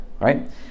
right